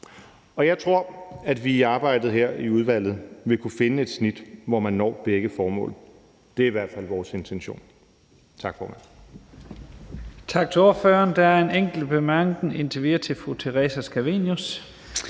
Jeg tror, at vi i arbejdet her i udvalget vil kunne finde et snit, hvor man når begge formål. Det er i hvert fald vores intention. Tak, formand.